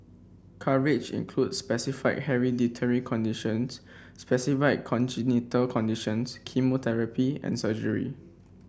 coverage includes specified hereditary conditions specified congenital conditions chemotherapy and surgery